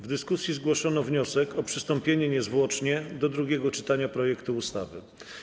W dyskusji zgłoszono wniosek o przystąpienie niezwłocznie do drugiego czytania projektu ustawy.